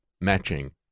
Matching